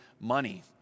money